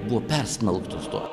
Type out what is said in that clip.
buvo persmelktos to